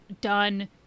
done